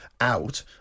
out